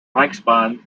reichsbahn